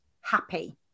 happy